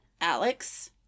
alex